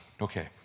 Okay